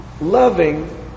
Loving